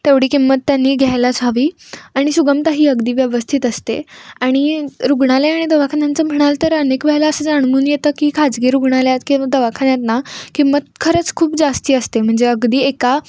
तेवढी किंमत त्यांनी घ्यायलाच हवी आणि सुगमता ही अगदी व्यवस्थित असते आणि रुग्णालयं आणि दवाखान्यांचं म्हणाल तर अनेक वेळेला असं जाणवून येतं की खाजगी रुग्णालयात किंवा दवाखान्यात ना किंमत खरंच खूप जास्त असते म्हणजे अगदी एका